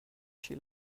she